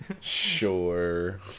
sure